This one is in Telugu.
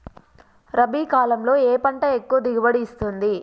రబీ కాలంలో ఏ పంట ఎక్కువ దిగుబడి ఇస్తుంది?